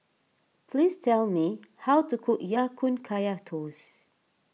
please tell me how to cook Ya Kun Kaya Toast